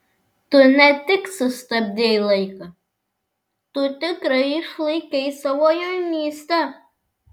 tu ne tik sustabdei laiką tu tikrai išlaikei savo jaunystę